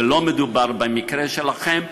ולא מדובר במקרה שלכם.